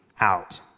out